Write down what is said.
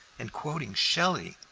and quoting shelley.